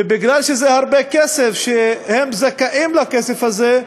ובגלל שזה הרבה כסף, והם זכאים לכסף הזה,